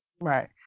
Right